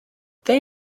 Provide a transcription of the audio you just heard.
they